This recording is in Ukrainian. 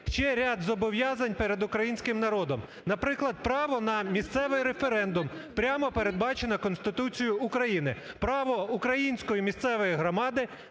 Дякую.